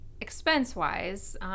expense-wise